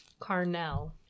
Carnell